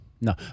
No